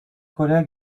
collègues